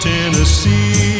Tennessee